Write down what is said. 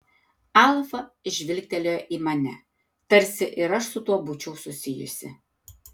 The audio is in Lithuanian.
alfa žvilgtelėjo į mane tarsi ir aš su tuo būčiau susijusi